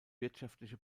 wirtschaftliche